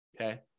Okay